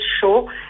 show